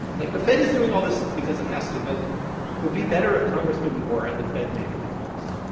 like, the fed is doing all this because it has to. but it would be better if congress did more and the fed maybe did less